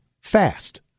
FAST